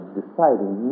deciding